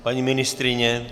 Paní ministryně?